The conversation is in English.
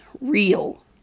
real